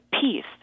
peace